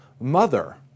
Mother